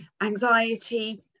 anxiety